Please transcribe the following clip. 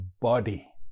body